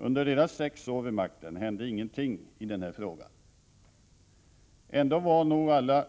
Under deras sex år vid makten hände ingenting i denna fråga. Ändå var nog alla